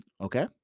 Okay